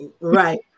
Right